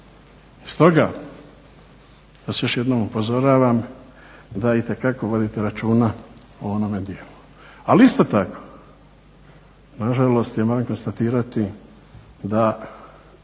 Stoga, ja vas još jednom upozoravam da itekako vodite računa o onome djelu, al' isto tako, nažalost, ja moram konstatirati da